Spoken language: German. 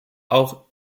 auch